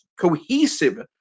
cohesive